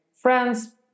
friends